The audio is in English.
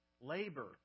labor